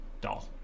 doll